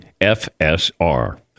FSR